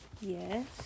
yes